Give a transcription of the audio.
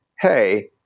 hey